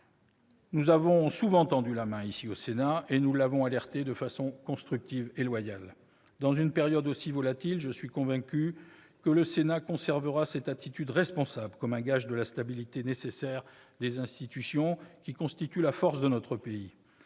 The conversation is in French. lui avons souvent tendu la main, ici, au Sénat, et l'avons alerté de manière constructive et loyale. Dans une période aussi volatile, je suis convaincu que le Sénat conservera cette attitude responsable, comme un gage de la stabilité nécessaire des institutions qui constitue la force de notre pays.